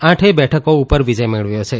આઠેય બેઠકો ઉપર વિજય મેળવ્યો છે